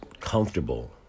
comfortable